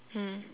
mm